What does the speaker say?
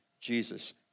Jesus